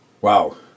Wow